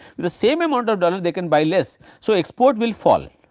the same amount of dollars they can buy less so export will fall,